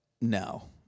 no